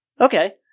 Okay